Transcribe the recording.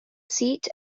seat